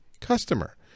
customer